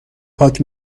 پاک